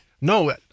No